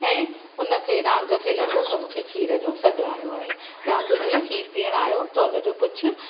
ऐं हुन खे नांग खे लॻो त मूंखे खीर जो सॾु आहियो आहे नांगु जीअं खीर पीअण आहियो त उन जो पुछ